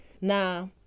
now